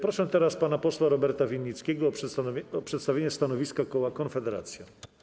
Proszę teraz pana posła Roberta Winnickiego o przedstawienie stanowiska koła Konfederacja.